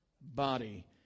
body